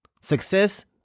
Success